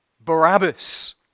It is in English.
Barabbas